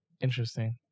interesting